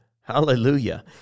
Hallelujah